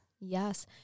Yes